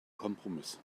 kompromiss